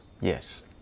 Yes